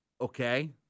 Okay